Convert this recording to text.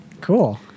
Cool